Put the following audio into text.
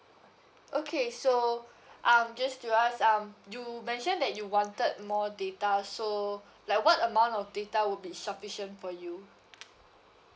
okay so um just give us um you mentioned that you wanted more data so like what amount of data would be sufficient for you